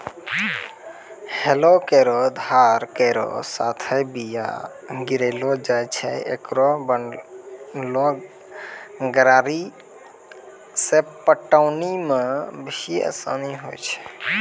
हलो केरो धार केरो साथें बीया गिरैलो जाय छै, एकरो बनलो गरारी सें पटौनी म भी आसानी होय छै?